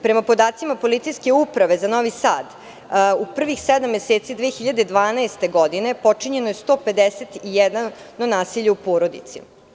Prema podacima policijske uprave za Novi Sad u prvih sedam meseci 2012. godine počinjeno je 151 nasilje u porodici.